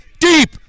deep